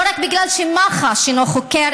לא רק כי מח"ש אינה חוקרת,